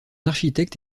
architecte